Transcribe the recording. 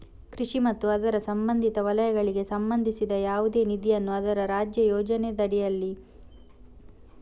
ಕೃಷಿ ಮತ್ತು ಅದರ ಸಂಬಂಧಿತ ವಲಯಗಳಿಗೆ ಸಂಬಂಧಿಸಿದ ಯಾವುದೇ ನಿಧಿಯನ್ನು ಅದರ ರಾಜ್ಯ ಯೋಜನೆಯಡಿಯಲ್ಲಿ ಪಡೆದಿರಬಹುದು